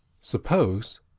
suppose